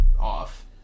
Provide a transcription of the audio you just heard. off